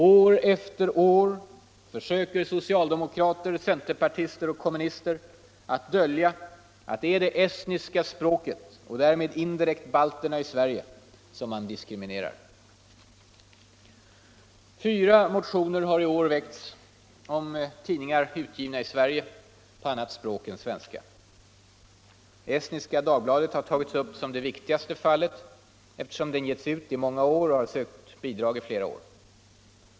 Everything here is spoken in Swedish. År efter år försöker socialdemokrater, centerpartister och kommunister att dölja att det är det estniska språket — och därmed indirekt balterna i Sverige - som man diskriminerar. Fyra motioner har i år väckts om tidningar utgivna i Sverige på annat språk än svenska. Estniska Dagbladet har tagits upp som det viktigaste fallet eftersom den getts ut i många år och har sökt bidrag i flera år.